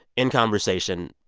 in conversation,